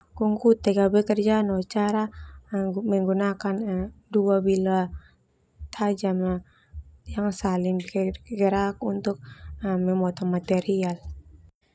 Gunggutek ka bekerja no cara menggunakan dua bilah tajam yang saling bergerak untuk memotong material.